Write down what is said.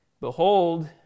Behold